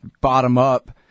bottom-up